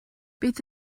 beth